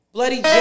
Bloody